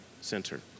center